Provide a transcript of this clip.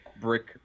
brick